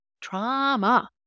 Trauma